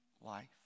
life